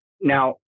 Now